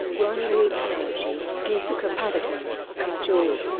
rani mukerji, deepika padukone, kajol,